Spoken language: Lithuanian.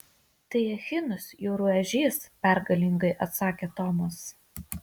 tai echinus jūrų ežys pergalingai atsakė tomas